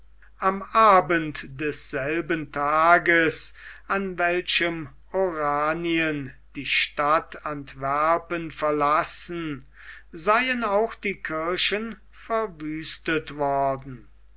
am abend desselben tages an welchem oranien die stadt antwerpen verlassen seien auch die kirchen verwüstet worden